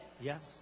Yes